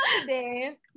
today